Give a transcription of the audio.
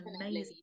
amazing